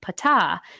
pata